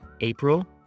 April